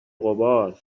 غبار